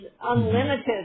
unlimited